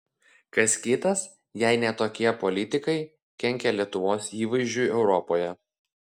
kas kitas jei ne tokie politikai kenkia lietuvos įvaizdžiui europoje